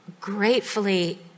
gratefully